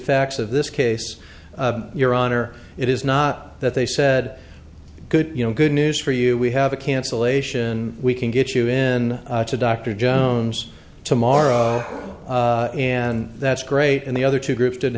facts of this case your honor it is not that they said good you know good news for you we have a cancellation we can get you in to dr jones tomorrow and that's great and the other two groups did